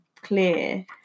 clear